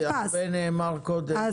יקירתי, הרבה נאמר קודם.